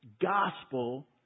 gospel